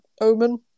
omen